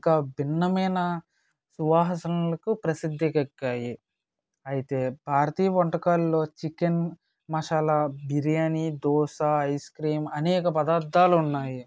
ఇక భిన్నమైన సువాసనలకు ప్రసిద్ధికెక్కాయి అయితే భారతీయ వంటకాల్లో చికెన్ మసాలా బిర్యానీ దోశ ఐస్క్రీమ్ అనేక పదార్ధాలున్నాయి